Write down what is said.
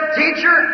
teacher